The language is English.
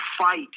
fight